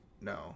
No